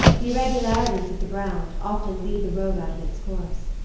the irregularities of the ground often lead the road out of its course,